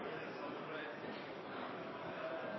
andre